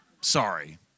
sorry